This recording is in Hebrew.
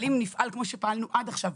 אם נפעל כמו שפעלנו עד עכשיו,